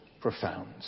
profound